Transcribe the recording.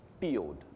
field